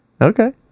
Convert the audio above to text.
Okay